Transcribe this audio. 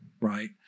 right